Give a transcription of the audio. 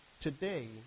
today